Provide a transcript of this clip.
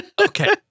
Okay